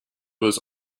was